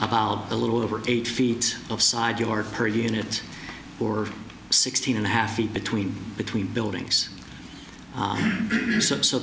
about a little over eight feet of side your per unit or sixteen and a half feet between between buildings a